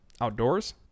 outdoors